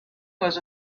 was